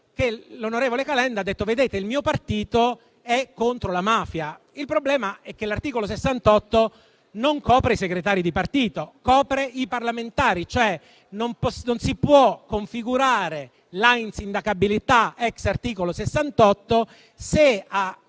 L'onorevole Calenda ha detto che il suo partito è contro la mafia. Il problema è che l'articolo 68 non copre i segretari di partito, copre i parlamentari. Non si può cioè configurare l'insindacabilità *ex* articolo 68 se ad